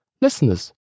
Listeners